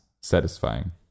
satisfying